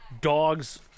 dogs